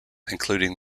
including